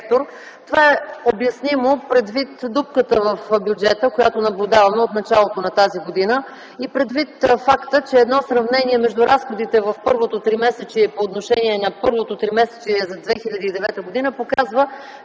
Това е обяснимо предвид дупката в бюджета, която наблюдаваме от началото на тази година и предвид факта, че едно сравнение между разходите в първото тримесечие по отношение на първото тримесечие за 2009 г. показва,